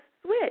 switch